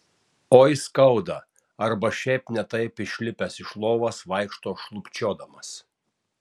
oi skauda arba šiaip ne taip išlipęs iš lovos vaikšto šlubčiodamas